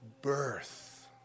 birth